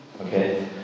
Okay